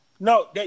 No